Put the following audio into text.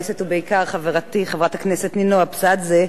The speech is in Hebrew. ובעיקר חברתי חברת הכנסת נינו אבסדזה,